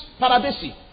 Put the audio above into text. paradisi